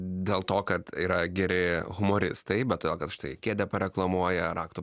dėl to kad yra geri humoristai bet todėl kad štai kėdę pareklamuoja raktų